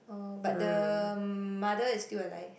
oh but the mother is still alive